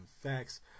facts